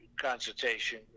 consultation